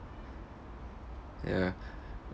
ya